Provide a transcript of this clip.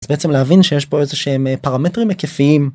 בעצם להבין שיש פה איזה שהם פרמטרים היקפיים